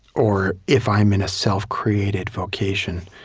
or, if i'm in a self-created vocation,